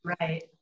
Right